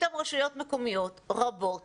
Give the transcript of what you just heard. ופתאום רשויות מקומיות רבות